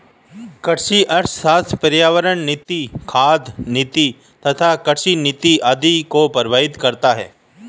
कृषि अर्थशास्त्र पर्यावरण नीति, खाद्य नीति तथा कृषि नीति आदि को प्रभावित करता है